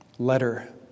letter